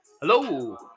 Hello